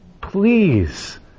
Please